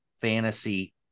fantasy